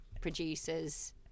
producers